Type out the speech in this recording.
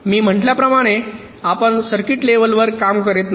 मी येथे म्हटल्याप्रमाणे आपण सर्किट लेव्हलवर काम करत नाही